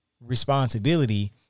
responsibility